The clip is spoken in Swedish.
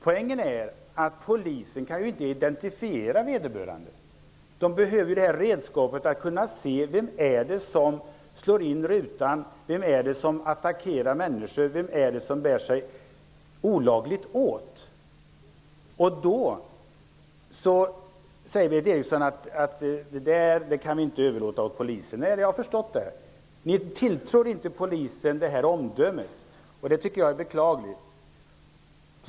Poängen är att polisen inte kan identifiera en person med huva. De behöver ett redskap för att kunna se vem det är som slår in rutor, attackerar människor och bär sig olagligt åt. Berith Eriksson säger att vi inte kan överlåta den bedömningen åt polisen. Jag har förstått att ni inte tilltror polisen detta omdöme. Det tycker jag är beklagligt.